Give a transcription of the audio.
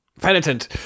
penitent